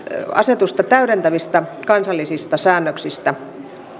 asetusta täydentävistä kansallisista säännöksistä